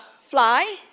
fly